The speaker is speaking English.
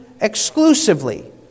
exclusively